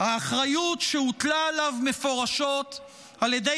האחריות שהוטלה עליו מפורשות על ידי